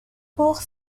بغض